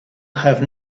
have